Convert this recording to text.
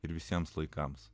ir visiems laikams